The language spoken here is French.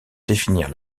définir